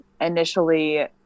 initially